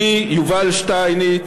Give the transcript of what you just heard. אני, יובל שטייניץ,